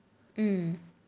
hmm